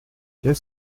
qu’est